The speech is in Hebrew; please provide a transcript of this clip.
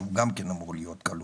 שגם אמור להיות כלול.